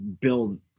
build